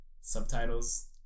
subtitles